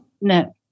No